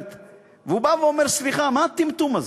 והוא בא ואומר: סליחה, מה הטמטום הזה?